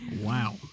wow